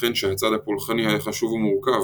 ייתכן שהצד הפולחני היה חשוב ומורכב,